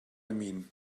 mean